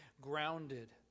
grounded